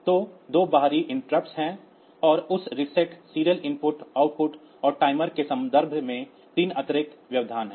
तो 2 बाहरी बाधा हैं और उस रीसेट सीरियल इनपुट आउटपुट और टाइमर के संदर्भ में 3 आंतरिक व्यवधान हैं